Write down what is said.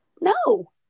No